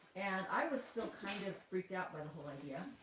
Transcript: and i was still kind of freaked out by the whole idea,